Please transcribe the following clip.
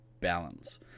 balance